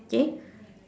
okay